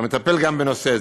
והוא מטפל גם בנושא זה.